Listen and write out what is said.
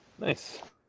Nice